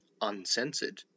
uncensored